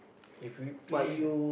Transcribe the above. if we play